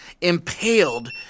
impaled